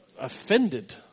offended